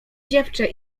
dziewczę